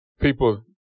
people